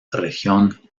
región